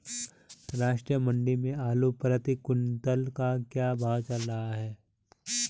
राष्ट्रीय मंडी में आलू प्रति कुन्तल का क्या भाव चल रहा है?